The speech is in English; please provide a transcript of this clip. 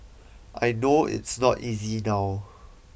I know it's not easy now